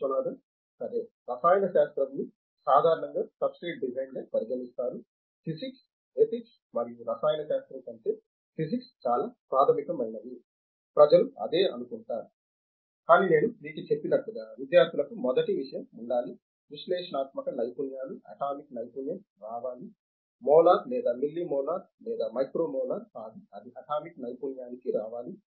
విశ్వనాథన్ సరే రసాయన శాస్త్రంని సాధారణంగా సబ్స్ట్రేట్ డిజైన్గా పరిగణిస్తారు ఫిజిక్స్ ఎథిక్స్ మరియు రసాయన శాస్త్రం కంటే ఫిజిక్స్ చాలా ప్రాథమికమైనవి ప్రజలు అదే అనుకుంటే కానీ నేను మీకు చెప్పినట్లుగా విద్యార్థులకు మొదటి విషయం ఉండాలి విశ్లేషణాత్మక నైపుణ్యాలు అటామిక్ నైపుణ్యం రావాలి మోలార్ లేదా మిల్లీ మోలార్ లేదా మైక్రో మోలార్ కాదు అది అటామిక్ నైపుణ్యానికి రావాలి